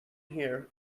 here